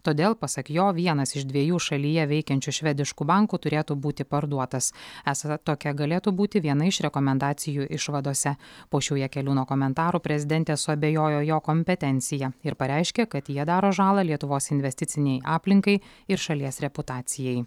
todėl pasak jo vienas iš dviejų šalyje veikiančių švediškų bankų turėtų būti parduotas esą tokia galėtų būti viena iš rekomendacijų išvadose po šio jakeliūno komentaro prezidentė suabejojo jo kompetencija ir pareiškė kad jie daro žalą lietuvos investicinei aplinkai ir šalies reputacijai